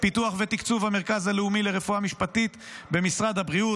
פיתוח ותקצוב המרכז הלאומי לרפואה משפטית במשרד הבריאות,